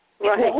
Right